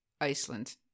Iceland